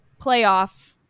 playoff